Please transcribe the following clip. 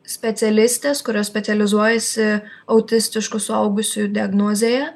specialistės kurios specializuojasi autistiškų suaugusiųjų diagnozėje